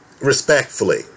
respectfully